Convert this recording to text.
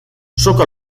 soka